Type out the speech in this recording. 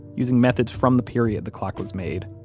using methods from the period the clock was made